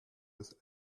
des